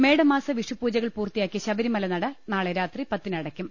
മേടമാസ വിഷുപൂജകൾ പൂർത്തിയാക്കി ശബരിമല നട നാളെ രാത്രി പത്തിനടയ്ക്കും